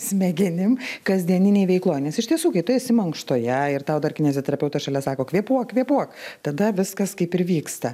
smegenim kasdieninėj veikloj nes iš tiesų tu esi mankštoje ir tau dar kineziterapeutas šalia sako kvėpuok kvėpuok tada viskas kaip ir vyksta